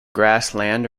grassland